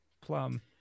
Plum